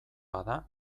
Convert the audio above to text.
bada